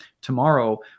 Tomorrow